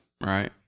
right